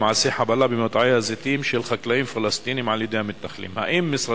למעשי חבלה במטעי הזיתים של חקלאים פלסטינים על-ידי המתנחלים.